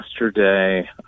yesterday